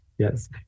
Yes